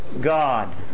God